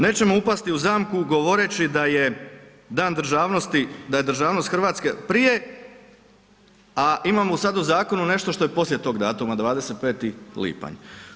Nećemo upasti u zamku govoreći da je Dan državnosti, da je državnost Hrvatske prije a imamo sad u zakonu nešto što je poslije toga datuma 25. lipanj.